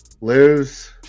Lose